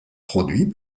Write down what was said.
produit